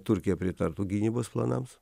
turkija pritartų gynybos planams